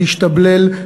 להשתבלל,